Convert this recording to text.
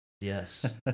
Yes